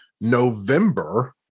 November